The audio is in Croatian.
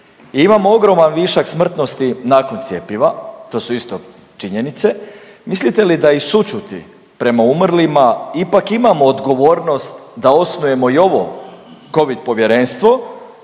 i imamo ogroman višak smrtnosti nakon cjepiva, to su isto činjenice, mislite li da i sućuti prema umrlima ipak imamo odgovornost da osnujemo i ovo covid povjerenstvo